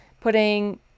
putting